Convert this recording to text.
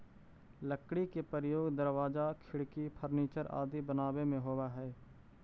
लकड़ी के प्रयोग दरवाजा, खिड़की, फर्नीचर आदि बनावे में होवऽ हइ